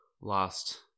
last